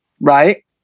right